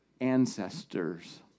ancestors